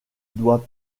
doit